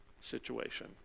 situation